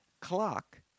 clock